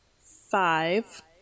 five